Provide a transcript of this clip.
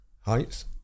Heights